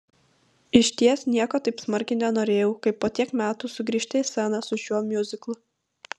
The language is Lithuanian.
išties nieko taip smarkiai nenorėjau kaip po tiek metų sugrįžti į sceną su šiuo miuziklu